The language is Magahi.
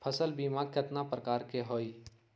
फसल बीमा कतना प्रकार के हई?